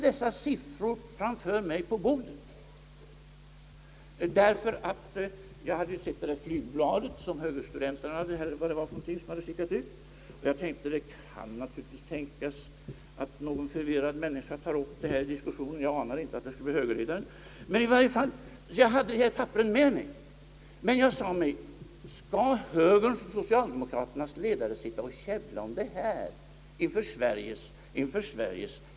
Jag hade siffrorna framför mig på bordet, därför att jag hade sett det flygblad som högerstudenterna hade skickat ut. Jag tänkte att någon förvirrad människa möjligtvis skulle kunna ta upp denna sak, men jag anade inte att det skulle bli högerledaren. Jag sade mig: Skall högerns och socialdemokraternas ledare sitta och käbbla om detta inför Sveriges väljare?